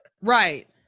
Right